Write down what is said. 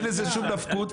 אין לזה שום נפקות,